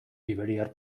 iberiar